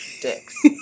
dicks